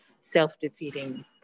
self-defeating